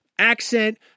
Accent